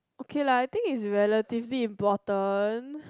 okay lah I think is relatively important